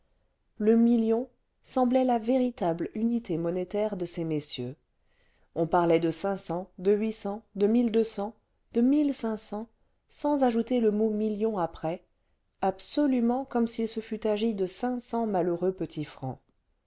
le million semblait la véritable unité monétaire de ces messieurs on parlait de de de de sans ajouter le mot million après absolument comme s'il se fût agi de malheureux petits francs